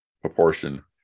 proportion